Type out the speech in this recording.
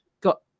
got